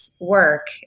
work